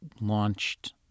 launched